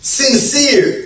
sincere